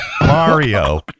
Mario